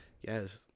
Yes